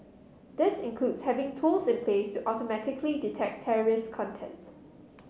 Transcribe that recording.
this includes having tools in place to automatically detect terrorist content